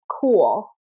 cool